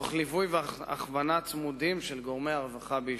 תוך ליווי והכוונה צמודים של גורמי הרווחה ביישובם.